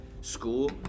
school